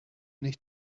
nicht